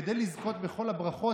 כדי לזכות בכל הברכות,